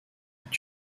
est